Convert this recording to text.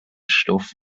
stoff